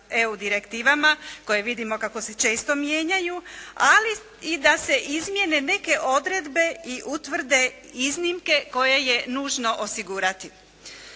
EU direktivama koje vidimo kako se često mijenjaju. Ali i da se izmijene neke odredbe i utvrde iznimke koje je nužno osigurati.